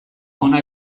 hona